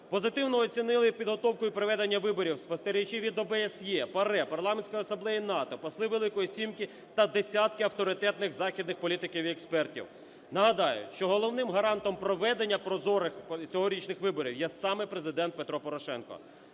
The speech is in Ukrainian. Позитивно оцінили підготовку і проведення виборів спостерігачі від ОБСЄ, ПАРЄ, Парламентської асамблеї НАТО, посли "Великої сімки" та десятки авторитетних західних політиків і експертів. Нагадаю, що головним гарантом проведення прозорих цьогорічних виборів є саме Президент Петро Порошенко.